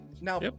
now